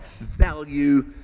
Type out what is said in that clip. value